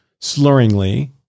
Slurringly